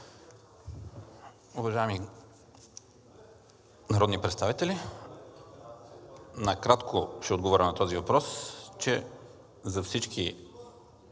Уважаеми народни представители, накратко ще отговоря на този въпрос, че за всички